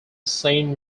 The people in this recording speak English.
saint